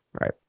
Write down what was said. Right